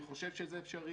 אני חושב שזה אפשרי,